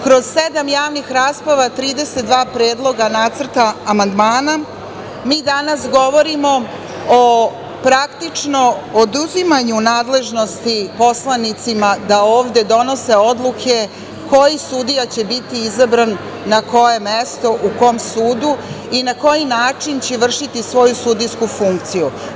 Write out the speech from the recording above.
Kroz sedam javnih rasprava, 32 predloga nacrta amandmana, mi danas govorimo o praktično oduzimanju nadležnosti poslanicima da ovde donose odluke koji sudija će biti izabran na koje mesto, u kom sudu i na koji način će vršiti svoju sudijsku funkciju.